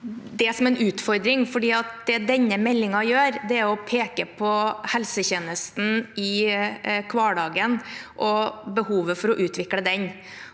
det som en utfordring, for det denne meldingen gjør, er å peke på helsetjenesten i hverdagen og behovet for å utvikle den.